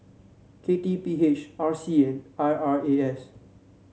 K T P H R C and I R A S